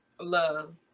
Love